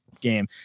game